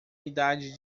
idade